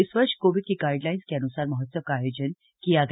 इस वर्ष कोविड की गाइडलाइन के अन्सार महोत्सव का आयोजन किया गया